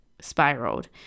spiraled